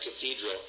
Cathedral